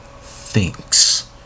thinks